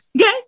Okay